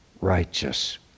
righteous